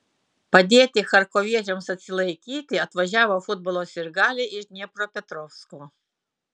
padėti charkoviečiams atsilaikyti atvažiavo futbolo sirgaliai iš dniepropetrovsko